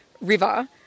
River